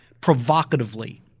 provocatively